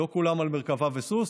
לא כולם על מרכבה וסוס.